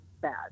bad